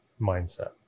mindset